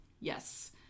Yes